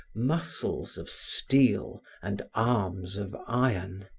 muscles of steel and arms of iron.